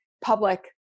public